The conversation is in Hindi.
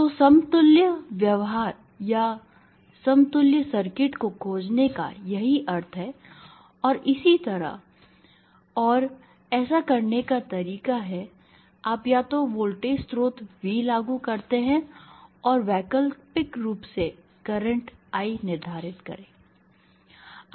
तो समतुल्य व्यवहार या समतुल्य सर्किट को खोजने का यही अर्थ है और इसी तरह और ऐसा करने का तरीका है आप या तो वोल्टेज स्रोत V लागू करते हैं और वैकल्पिक रूप से करंट I निर्धारित करें